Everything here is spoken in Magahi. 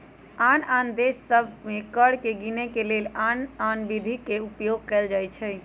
आन आन देश सभ में कर के गीनेके के लेल आन आन विधि के उपयोग कएल जाइ छइ